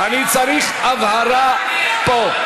אני צריך הבהרה פה.